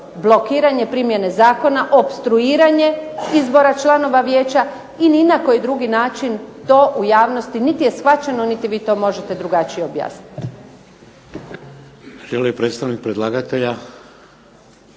blokiranje primjene zakona, opstruiranje izbora članova Vijeća i ni na koji drugi način to u javnosti niti je shvaćeno niti vi to možete drugačije objasniti.